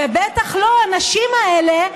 ובטח לא הנשים האלה,